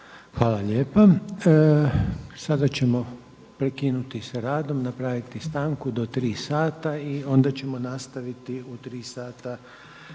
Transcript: Hvala lijepa. Sada ćemo prekinuti sa radom, napraviti stanku do tri sada i onda ćemo nastaviti u tri sada